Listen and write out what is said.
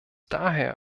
daher